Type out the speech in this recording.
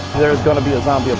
there's going to be a